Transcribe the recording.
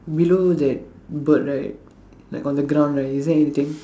below that bird right like on the ground right is there anything